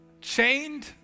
chained